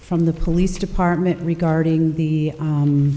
from the police department regarding the